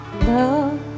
Love